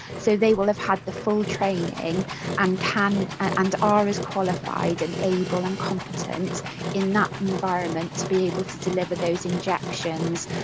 so, they will have had the full training and can and are as qualified and able and competent in that environment to be able to deliver those injections.